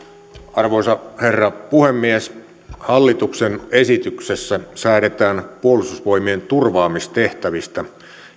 arvoisa herra puhemies hallituksen esityksessä säädetään puolustusvoimien turvaamistehtävistä